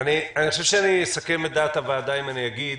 אני חושב שאני אסכם את דעת הוועדה אם אגיד